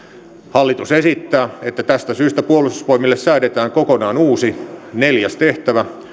hallitus esittää että tästä syystä puolustusvoimille säädetään kokonaan uusi neljäs tehtävä